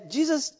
Jesus